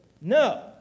No